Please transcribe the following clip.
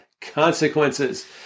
consequences